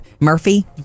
Murphy